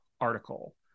article